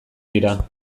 dira